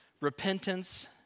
repentance